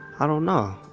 i don't know,